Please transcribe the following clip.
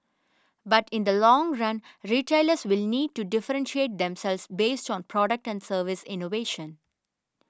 but in the long run retailers will need to differentiate themselves based on product and service innovation